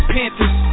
Panthers